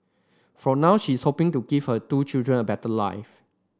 for now she is hoping to give her two children a better life